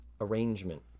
arrangement